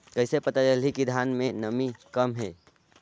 कइसे पता चलही कि धान मे नमी कम हे?